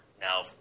now